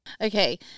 Okay